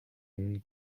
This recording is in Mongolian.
өмнө